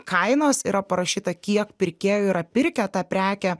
kainos yra parašyta kiek pirkėjų yra pirkę tą prekę